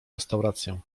restaurację